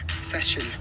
session